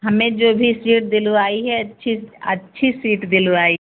हमें जो भी सीट दिलवाई है अच्छ अच्छी सीट दिलवाई